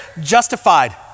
justified